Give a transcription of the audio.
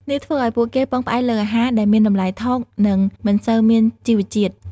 នេះធ្វើឱ្យពួកគេពឹងផ្អែកលើអាហារដែលមានតម្លៃថោក និងមិនសូវមានជីវជាតិ។